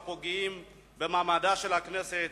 הפוגעים במעמדה של הכנסת,